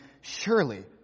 Surely